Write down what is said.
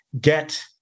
get